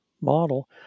model